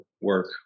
work